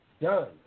done